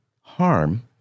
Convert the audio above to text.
harm